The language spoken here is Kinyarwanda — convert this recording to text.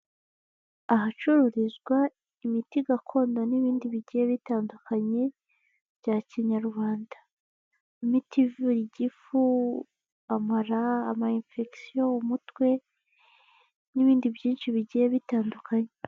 Ahacururizwa imiti gakondo n'ibindi bigiye bitandukanye bya Kinyarwanda, imiti ivura igifu, amara, ama infection, umutwe n'ibindi byinshi bigiye bitandukanye.